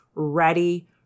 ready